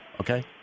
okay